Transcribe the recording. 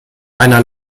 einer